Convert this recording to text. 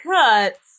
cuts